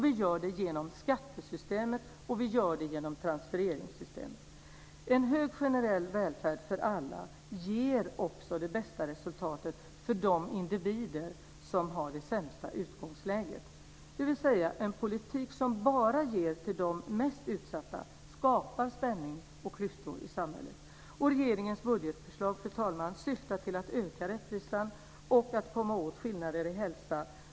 Vi gör det genom skattesystemet och genom transfereringssystemet. En hög generell välfärd för alla ger också det bästa resultatet för de individer som har det sämsta utgångsläget, dvs. att en politik som bara ger till de mest utsatta skapar spänning och klyftor i samhället. Regeringens budgetförslag, fru talman, syftar till att öka rättvisan och att komma åt skillnader i hälsa.